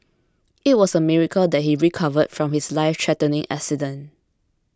it was a miracle that he recovered from his lifethreatening accident